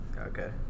Okay